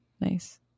nice